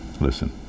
Listen